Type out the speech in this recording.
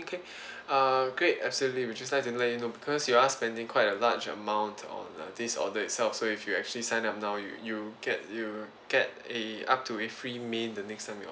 okay uh great absolutely we just like to let you know because you are spending quite a large amount on err this order itself so if you actually sign up now you you get you get a up to a free main the next time you